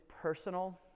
personal